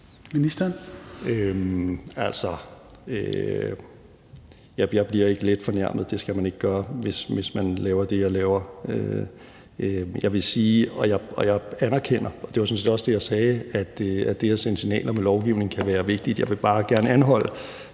Hækkerup): Jeg bliver ikke let fornærmet – det skal man ikke gøre, hvis man laver det, jeg laver – og jeg anerkender også, og det var sådan set også det, jeg sagde, at det at sende signaler med lovgivningen kan være vigtigt. Men jeg vil bare gerne anholde